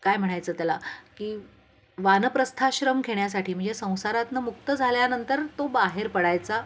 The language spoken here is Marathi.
काय म्हणायचं त्याला की वानप्रस्थाश्रम घेण्यासाठी म्हणजे संसारातून मुक्त झाल्यानंतर तो बाहेर पडायचा